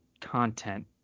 content